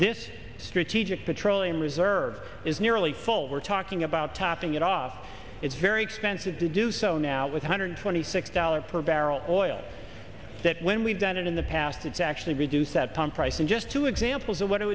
this strategic petroleum reserve is nearly full we're talking about topping it off it's very expensive to do so now with hundred twenty six dollars per barrel oil that when we've done it in the past it's actually reduce that pump price and just two examples of what it